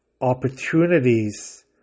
opportunities